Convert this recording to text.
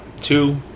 Two